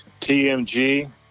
TMG